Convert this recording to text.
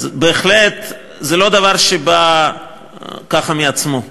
בהחלט זה לא דבר שבא ככה מעצמו.